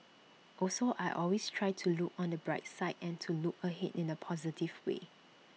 also I always try to look on the bright side and to look ahead in A positive way